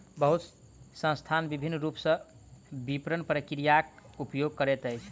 बहुत संस्थान विभिन्न रूप सॅ विपरण प्रक्रियाक उपयोग करैत अछि